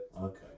okay